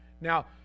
Now